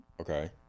Okay